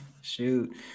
Shoot